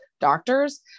doctors